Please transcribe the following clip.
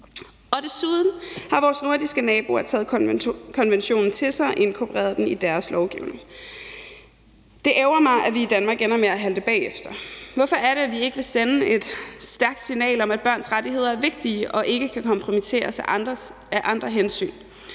Desuden har vores nordiske naboer taget konventionen til sig og inkorporeret den i deres lovgivning. Det ærgrer mig, at vi i Danmark ender med at halte bagefter. Hvorfor vil vi ikke sende et stærkt signal om, at børns rettigheder er vigtige og ikke kan kompromitteres af andre hensyn,